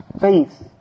faith